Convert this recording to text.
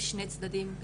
בשני צדדים: